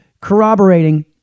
corroborating